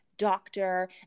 doctor